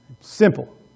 Simple